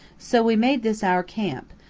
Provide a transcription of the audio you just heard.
so we made this our camp,